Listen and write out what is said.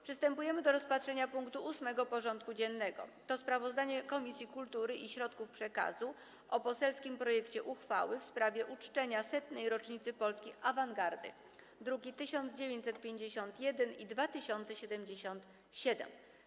Przystępujemy do rozpatrzenia punktu 8. porządku dziennego: Sprawozdanie Komisji Kultury i Środków Przekazu o poselskim projekcie uchwały w sprawie uczczenia setnej rocznicy polskiej awangardy (druki nr 1951 i 2077)